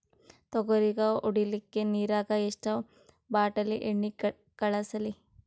ತೊಗರಿಗ ಹೊಡಿಲಿಕ್ಕಿ ನಿರಾಗ ಎಷ್ಟ ಬಾಟಲಿ ಎಣ್ಣಿ ಕಳಸಲಿ?